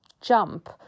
jump